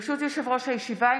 ברשות יושב-ראש הישיבה,